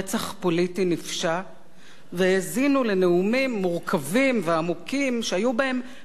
והאזינו לנאומים מורכבים ועמוקים שהיו בהם מעט מאוד קלישאות.